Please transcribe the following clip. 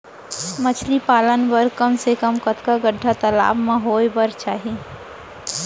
मछली पालन बर कम से कम कतका गड्डा तालाब म होये बर चाही?